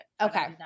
Okay